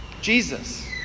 Jesus